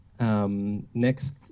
Next